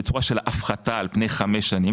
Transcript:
בצורה של הפחתה על פני חמש שנים,